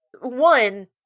one